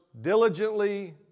diligently